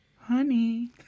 honey